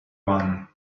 one